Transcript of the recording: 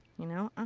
you know. ah